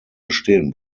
bestehen